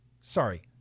Sorry